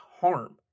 harm